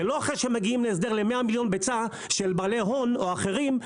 ולא אחרי שמגיעים להסדר ל-100 מיליון ביצה של בעלי הון או אחרים,